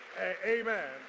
Amen